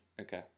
Okay